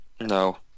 No